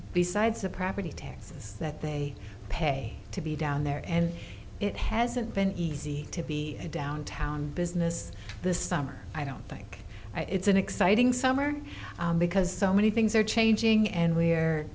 besides the property taxes that they pay to be down there and it hasn't been easy to be a downtown business this summer i don't think it's an exciting summer because so many things are changing and we're